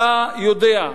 אתה יודע,